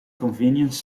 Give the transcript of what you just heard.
convenience